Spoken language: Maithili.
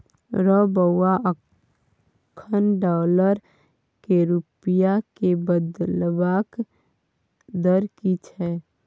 रौ बौआ अखन डॉलर सँ रूपिया केँ बदलबाक दर की छै?